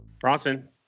bronson